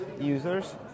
users